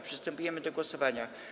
Przystępujemy do głosowania.